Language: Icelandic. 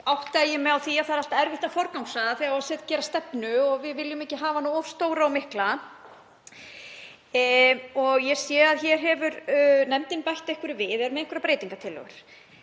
átta ég mig á því að það er alltaf erfitt að forgangsraða þegar marka á stefnu og við viljum ekki hafa hana of stóra og mikla. Ég sé að hér hefur nefndin bætt einhverju við, er með einhverjar breytingartillögur.